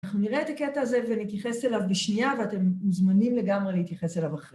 אנחנו נראה את הקטע הזה ונתייחס אליו בשנייה, ואתם מוזמנים לגמרי להתייחס אליו אחרי.